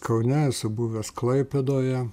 kaune esu buvęs klaipėdoje